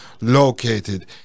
located